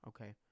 okay